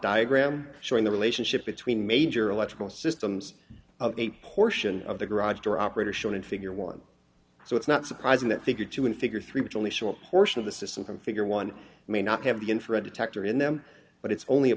diagram showing the relationship between major electrical systems of a portion of the garage door operator shown in figure one so it's not surprising that figure two in figure three which only show a portion of the system from figure one may not have the infrared detector in them but it's only a